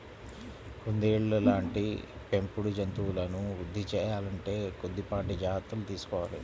కుందేళ్ళ లాంటి పెంపుడు జంతువులను వృద్ధి సేయాలంటే కొద్దిపాటి జాగర్తలు తీసుకోవాలి